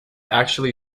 actually